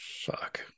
fuck